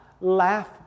laugh